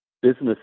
business